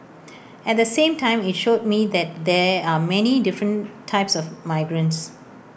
at the same time IT showed me that there are many different types of migrants